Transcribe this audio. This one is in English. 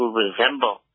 resemble